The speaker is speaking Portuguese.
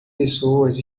pessoas